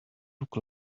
look